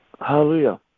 hallelujah